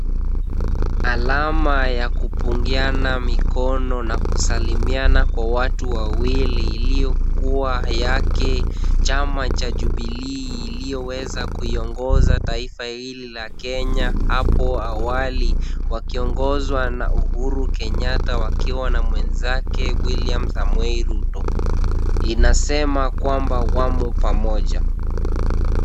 Alama ya kupungiana mikono na kusalimiana kwa watu wawili iliyokuwa yake chama cha Jubilii iliyoweza kuiongoza taifa hili la Kenya hapo awali wakiongozwa na Uhuru Kenyatta wakiwa na mwenzake William Samoei Ruto. Inasema kwamba wamo pamoja.